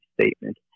statement